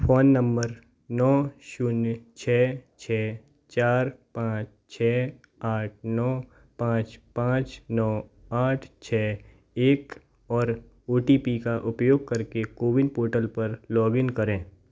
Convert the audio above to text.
phone number नौ शून्य छः छः चार पाँच छः आठ नौ पाँच पाँच नौ आठ छः एक और ओ टी पी का उपयोग करके कोविन पोर्टल पर लॉग इन करें